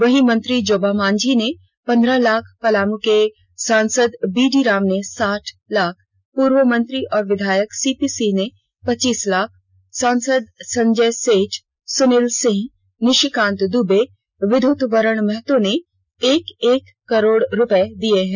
वहीं मंत्री जोबा मांझी ने पंद्रह लाख पलामू के सांसद बीडी राम ने साठ लाख पूर्व मंत्री और विधायक सीपी सिंह ने पच्चीस लाख और सांसद संजय सेठ सुनील सिंह निषिकांत दुबे विद्युत वरण महतो ने एक एक करोड़ दिए हैं